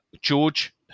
George